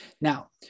Now